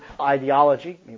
ideology